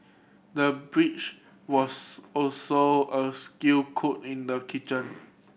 the was also a skilled cook in the kitchen